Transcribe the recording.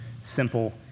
simple